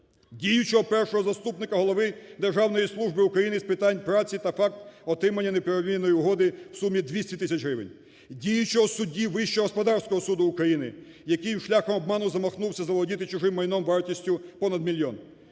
Діючого першого заступника голови Державної служби України з питань праці та факт отримання неправомірної вигоди в сумі 200 тисяч гривень. Діючого судді Вищого господарського суду України, який шляхом обману замахнувся заволодіти чужим майно вартістю понад мільйон.